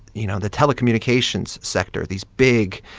you know, the telecommunications sector, these big,